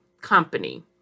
company